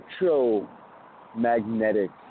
electromagnetic